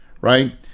right